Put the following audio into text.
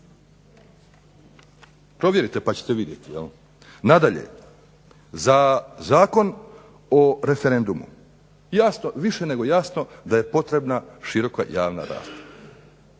Provjerite pa ćete vidjeti. Nadalje, za Zakon o referendumu jasno, više nego jasno da je potrebna široka javna rasprava